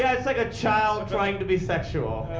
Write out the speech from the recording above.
yeah it's like a child trying to be sexual.